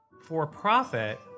for-profit